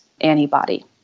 antibody